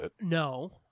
No